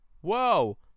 Whoa